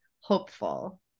hopeful